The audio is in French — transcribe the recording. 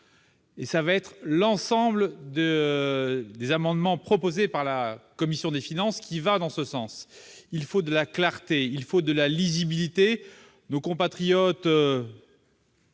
Au reste, l'ensemble des amendements proposés par la commission des finances vont dans ce sens. Il faut de la clarté et de la lisibilité. Nos compatriotes,